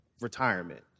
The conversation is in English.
retirement